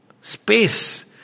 Space